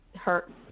hurt